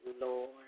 Lord